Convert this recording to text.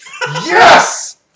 Yes